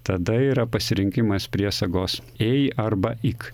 tada yra pasirinkimas priesagos ėj arba ik